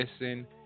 listen